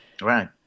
Right